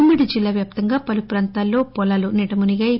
ఉమ్మడి జిల్లా వ్యాప్తంగా పలు ప్రాంతాల్లో పొలాలు నీటమునిగాయి